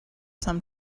some